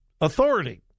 authority